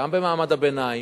גם במעמד הביניים,